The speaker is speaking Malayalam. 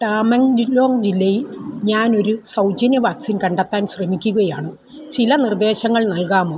ടാമെങ്ലോങ് ജില്ലയിൽ ഞാൻ ഒരു സൗജന്യ വാക്സിൻ കണ്ടെത്താൻ ശ്രമിക്കുകയാണ് ചില നിർദ്ദേശങ്ങൾ നൽകാമോ